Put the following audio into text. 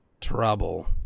trouble